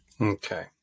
Okay